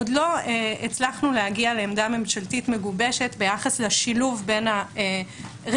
עוד לא הצלחנו להגיע לעמדה ממשלתית מגובשת ביחס לשילוב בין הרכיבים